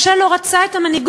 משה לא רצה את המנהיגות.